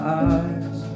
eyes